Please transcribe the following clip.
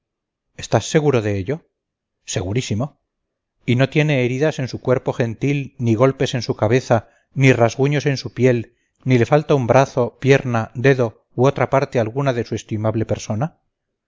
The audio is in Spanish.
estás seguro de ello segurísimo y no tiene heridas en su cuerpo gentil ni golpes en su cabeza ni rasguños en su piel ni le falta brazo pierna dedo u otra parte alguna de su estimable persona